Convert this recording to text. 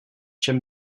čem